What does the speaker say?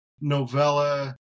novella